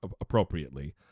appropriately